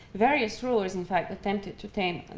various rulers in fact attempted to tame